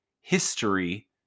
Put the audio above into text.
history